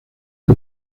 que